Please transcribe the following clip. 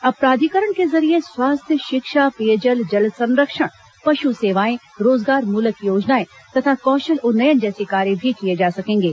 अब प्राधिकरण के जरिए स्वास्थ्य शिक्षा पेयजल जल संरक्षण पशु सेवाएं रोजगार मूलक योजनाएं तथा कौशल उन्नयन जैसे कार्य भी किए जा सकेंगे